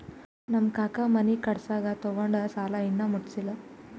ನಮ್ ಕಾಕಾ ಮನಿ ಕಟ್ಸಾಗ್ ತೊಗೊಂಡ್ ಸಾಲಾ ಇನ್ನಾ ಮುಟ್ಸಿಲ್ಲ